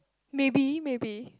maybe maybe